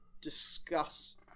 discuss